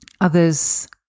Others